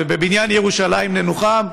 ובבניין ירושלים ננוחם.